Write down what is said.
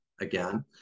again